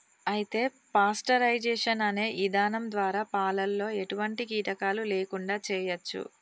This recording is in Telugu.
అయితే పాస్టరైజేషన్ అనే ఇధానం ద్వారా పాలలో ఎటువంటి కీటకాలు లేకుండా చేయచ్చు